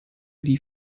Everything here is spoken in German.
die